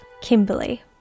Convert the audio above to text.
Kimberly